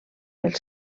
els